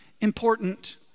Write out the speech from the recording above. important